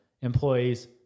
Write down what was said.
Employees